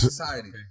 Society